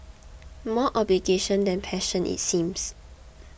more obligation than passion it seems